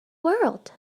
world